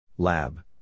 Lab